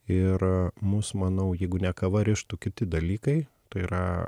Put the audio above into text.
ir mus manau jeigu ne kava rištų kiti dalykai tai yra